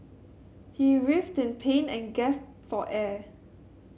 he writhed in pain and gasped for air